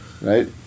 Right